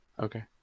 Okay